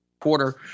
quarter